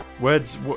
Words